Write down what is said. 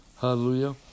Hallelujah